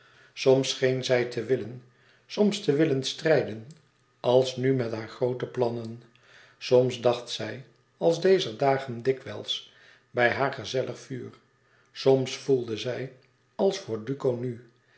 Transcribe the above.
soms schéen zij te willen soms te willen strijden als nu met hare groote plannen soms dacht zij als dezer dagen dikwijls bij haar gezellig vuur soms voelde zij als voor duco nu